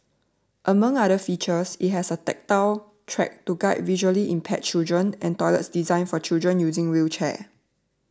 among other features it has a tactile track to guide visually impaired children and toilets designed for children using wheelchairs